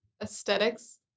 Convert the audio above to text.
aesthetics